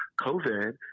COVID